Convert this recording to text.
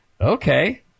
Okay